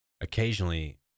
occasionally